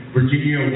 Virginia